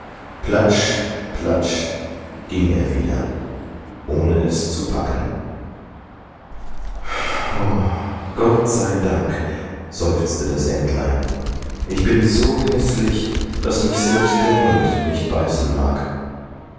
platsch platsch ging er wieder ohne es zu packen o gott sei dank seufzte das entlein ich bin so häßlich daß mich selbst der hund nicht beißen mag